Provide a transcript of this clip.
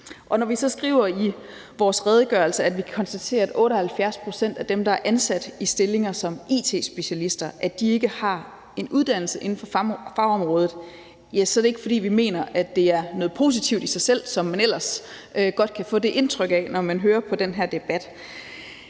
Når vi så skriver i vores redegørelse, at vi kan konstatere, at 78 pct. af dem, der er ansat i stillinger som it-specialister, ikke har en uddannelse inden for det fagområde, så det er ikke, fordi vi mener, at det er noget positivt i sig selv, hvad man ellers godt kan få indtryk, når man hører på den her debat.